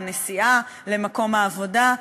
בנסיעה למקום העבודה,